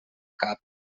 cap